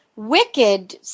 Wicked